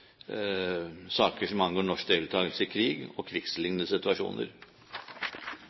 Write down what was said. saker som angår norsk deltakelse i krig og krigslignende situasjoner.